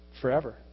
forever